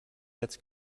jetzt